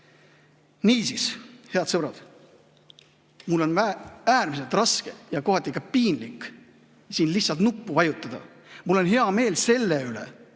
Niisiis, head sõbrad! Mul on äärmiselt raske ja kohati ka piinlik siin lihtsalt nuppu vajutada. Mul on hea meel selle üle,